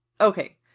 okay